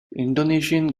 indonesian